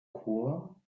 chor